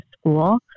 school